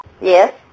Yes